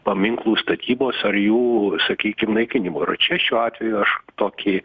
paminklų statybos ar jų sakykim naikinimo ir čia šiuo atveju aš tokį